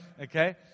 okay